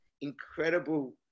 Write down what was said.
incredible